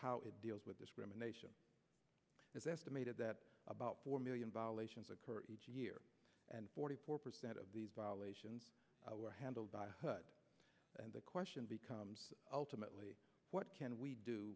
how it deals with discrimination is estimated that about four million violations occur each year and forty four percent of these violations were handled by good and the question becomes ultimately what can we do